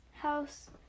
House